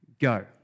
go